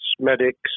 medics